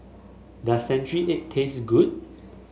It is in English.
does Century Egg taste good